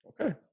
Okay